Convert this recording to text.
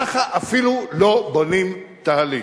ככה, אפילו, לא בונים תהליך.